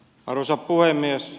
arvoisa puhemies